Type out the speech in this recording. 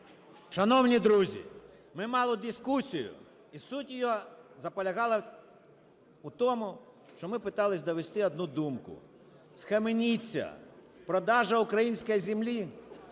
Шановні друзі, ми мали дискусію і суть її полягала у тому, що ми питалися довести одну думку: схаменіться, продажа української землі